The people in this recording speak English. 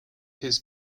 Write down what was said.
his